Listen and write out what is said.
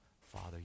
father